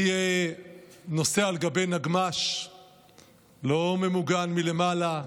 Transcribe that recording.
אני נוסע על גבי נגמ"ש לא ממוגן מלמעלה,